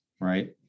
right